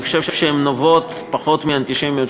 אני חושב שהן נובעות פחות מאנטישמיות